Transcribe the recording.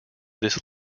this